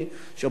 שבוער,